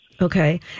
Okay